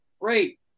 great